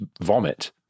vomit